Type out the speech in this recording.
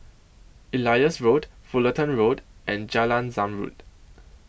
Elias Road Fullerton Road and Jalan Zamrud